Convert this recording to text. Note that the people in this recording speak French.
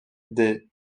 des